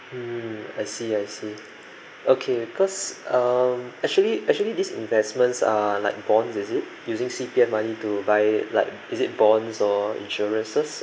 mm I see I see okay cause um actually actually these investments are like bonds is it using C_P_F money to buy like is it bonds or insurances